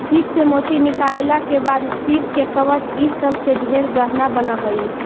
सीप से मोती निकालला के बाद सीप के कवच ई सब से ढेर गहना बन हई